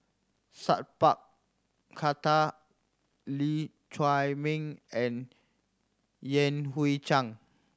Sat Pal Khattar Lee Chiaw Meng and Yan Hui Chang